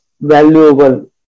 valuable